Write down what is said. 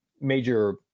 major